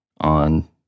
on